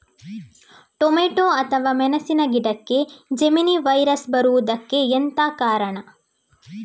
Tomato ಅಥವಾ ಮೆಣಸಿನ ಗಿಡಕ್ಕೆ ಜೆಮಿನಿ ವೈರಸ್ ಬರುವುದಕ್ಕೆ ಎಂತ ಕಾರಣ?